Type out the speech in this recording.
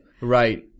Right